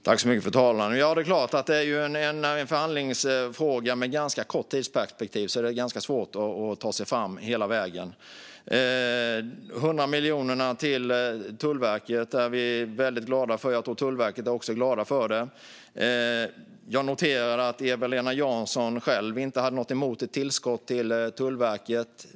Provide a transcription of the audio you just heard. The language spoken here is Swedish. Fru talman! I en förhandling med kort tidsperspektiv är det såklart svårt att ta sig fram hela vägen. De 100 miljonerna till Tullverket är vi väldigt glada över. Jag tror att Tullverket också är glada över det. Jag noterade att Eva-Lena Jansson inte heller hade något emot ett tillskott till Tullverket.